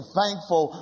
thankful